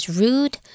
rude